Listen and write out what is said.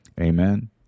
Amen